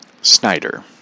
Snyder